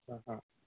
अ अ